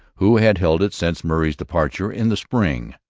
who had held it since murray's departure in the spring.